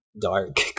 dark